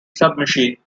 submachine